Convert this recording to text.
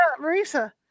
Marisa